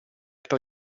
per